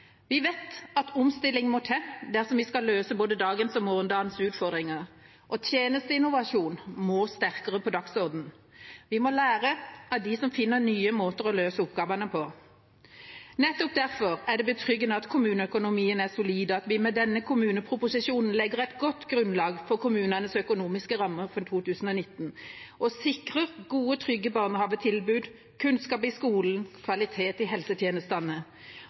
Vi vet at omstilling må til dersom vi skal løse både dagens og morgendagens utfordringer, og tjenesteinnovasjon må sterkere på dagsordenen. Vi må lære av dem som finner nye måter å løse oppgavene på. Nettopp derfor er det betryggende at kommuneøkonomien er solid, og at vi med denne kommuneproposisjonen legger et godt grunnlag for kommunenes økonomiske rammer for 2019 og sikrer gode, trygge barnehagetilbud, kunnskap i skolen og kvalitet i helsetjenestene.